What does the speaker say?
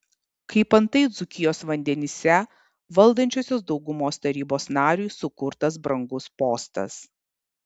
kaip antai dzūkijos vandenyse valdančiosios daugumos tarybos nariui sukurtas brangus postas